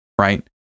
right